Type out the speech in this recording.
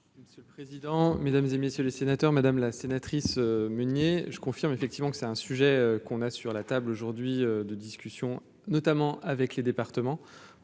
Monsieur le président, Mesdames et messieurs les sénateurs, madame la sénatrice Meunier je confirme effectivement que c'est un sujet qu'on a sur la table aujourd'hui de discussions notamment avec les départements